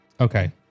Okay